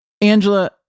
Angela